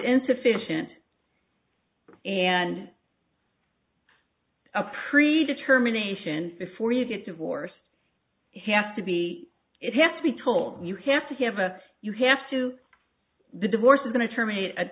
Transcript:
insufficient and a pre determination before you get divorced have to be it have to be told you have to have a you have to the divorce is going to terminate